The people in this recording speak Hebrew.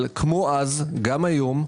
אבל כמו אז, גם היום,